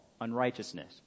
unrighteousness